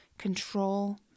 Control